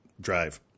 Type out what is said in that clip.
drive